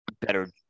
better